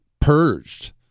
purged